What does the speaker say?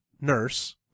nurse